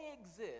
exist